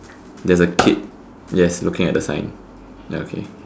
there's a kid yes looking at the sign ya okay